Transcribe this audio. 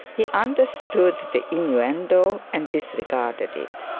he understood the innuendo, and disregarded it.